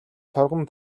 торгон